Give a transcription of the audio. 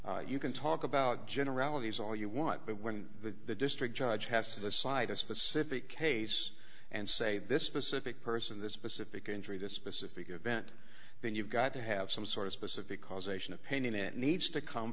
you can talk about generalities all you want but when the district judge has to decide a specific case and say this specific person this specific injury to a specific event then you've got to have some sort of specific causation of painting it needs to come